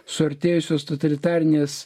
suartėjusios totalitarinės